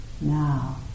now